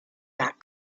that